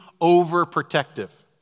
overprotective